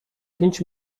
pięć